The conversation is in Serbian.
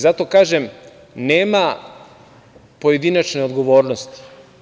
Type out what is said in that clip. Zato kažem – nema pojedinačne odgovornosti.